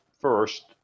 first